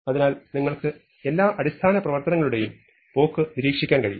അതിനാൽ നിങ്ങൾക്ക് എല്ലാ അടിസ്ഥാന പ്രവർത്തനങ്ങളുടെയും പോക്ക് നിരീക്ഷിക്കാൻ കഴിയും